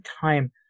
time